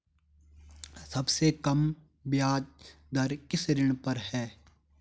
सबसे कम ब्याज दर किस ऋण पर है?